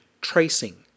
tracing